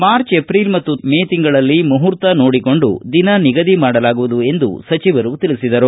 March April ಮತ್ತು May ತಿಂಗಳಲ್ಲಿ ಮುಹೂರ್ತ ನೋಡಿಕೊಂಡು ದಿನ ನಿಗದಿ ಮಾಡಲಾಗುವುದು ಎಂದು ಸಚಿವ ಶ್ರೀನಿವಾಸ ಪೂಜಾರಿ ಹೇಳಿದರು